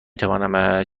توانم